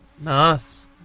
Nice